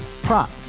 Prop